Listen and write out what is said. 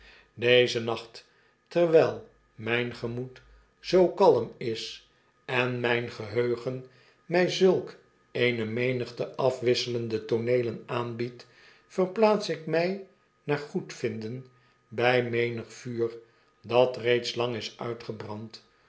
dezen nacht terwijl mijn gemoed zoo kalm is en mijn geheugen mij zulk eene menigte afwisselende tooneelen aanbiedt verplaats ik mij naar goedvinden bij menig vuur dat reeds lang is uitgebrand